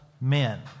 men